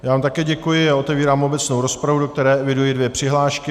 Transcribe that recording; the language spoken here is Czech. Já vám také děkuji a otevírám obecnou rozpravu, do které eviduji dvě přihlášky.